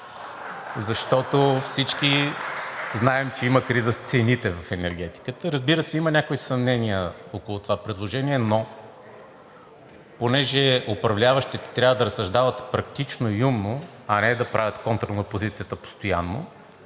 защото всички знаем, че има криза с цените в енергетиката. Разбира се, има някои съмнения около това предложение, но понеже управляващите трябва да разсъждават практично и умно, а не да правят контра на опозицията постоянно,